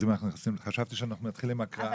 חשבתי שנתחיל בהקראה.